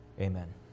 Amen